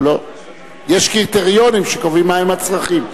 יש קריטריונים שקובעים מהם הצרכים.